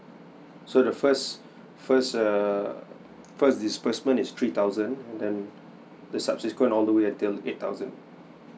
so the first first err first disbursement is three thousand and then the subsequent all the way until eight thousand